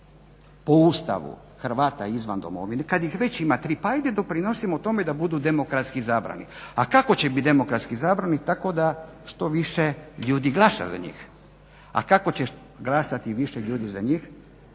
po Ustavu Hrvata izvan domovine, kad ih već ima tri pa ajde doprinosimo tome da bude demokratski izabrani, a kako će bit demokratski izabrani, tako da što više ljudi glasa za njih. A kako će glasati više ljudi za njih